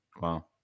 Wow